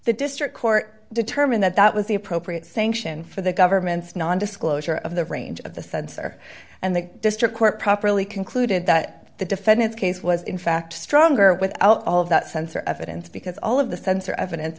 the district court determined that that was the appropriate sanction for the government's nondisclosure of the range of the sensor and the district court properly concluded that the defendant case was in fact stronger without all of that sensor evidence because all of the sensor evidence